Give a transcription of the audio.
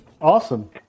Awesome